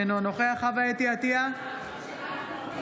אינו נוכח חוה אתי עטייה, נגד